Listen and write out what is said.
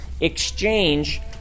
exchange